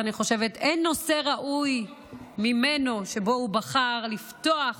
אני חושבת שאין נושא ראוי מזה שבו הוא בחר לפתוח